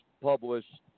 published